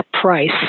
price